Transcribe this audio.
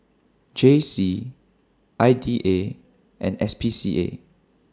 J C I D A and S P C A